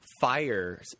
Fire